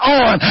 on